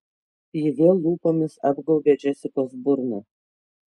ji vėl lūpomis apgaubė džesikos burną